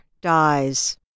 dies